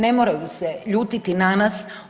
Ne moraju se ljutiti na nas.